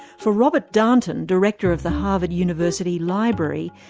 for robert darnton, director of the harvard university library,